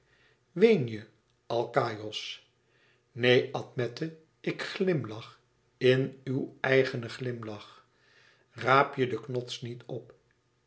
ween je alkaïos neen admete ik glimlach in ùw eigenen glimlach raap je den knots niet op